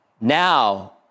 now